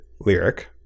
lyric